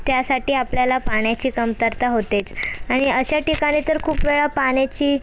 त्यासाठी आपल्याला पाण्याची कमतरता होतेच आणि अशा ठिकाणी तर खूप वेळा पाण्याची